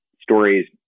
stories